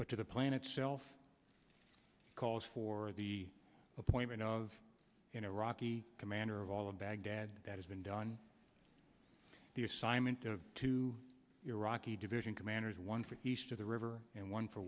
but to the plan itself calls for the appointment of in iraq the commander of all of baghdad that has been done the assignment of two iraqi division commanders one for east of the river and one for